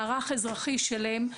מערך אזרחי שלם.